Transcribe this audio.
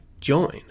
join